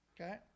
okay